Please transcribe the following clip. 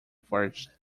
forged